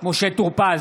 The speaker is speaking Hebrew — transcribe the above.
משה טור פז,